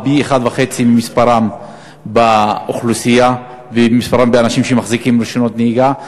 פי-1.5 משיעורם באוכלוסייה ובמספר האנשים שמחזיקים רישיונות נהיגה.